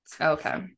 Okay